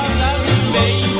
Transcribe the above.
baby